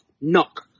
knock